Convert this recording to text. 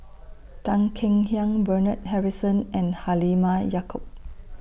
Tan Kek Hiang Bernard Harrison and Halimah Yacob